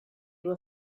were